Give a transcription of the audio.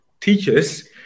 teachers